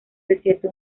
desierto